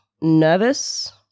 nervous